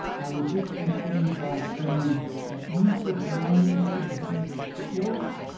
i would just conclude by saying that use of drones is neither sport